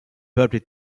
peuples